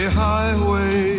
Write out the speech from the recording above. highway